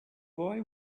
boy